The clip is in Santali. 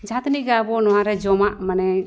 ᱡᱟᱦᱟᱸ ᱛᱤᱱᱟᱹᱜ ᱜᱮ ᱟᱵᱚ ᱱᱚᱣᱟ ᱨᱮ ᱡᱚᱢᱟᱜ ᱢᱟᱱᱮ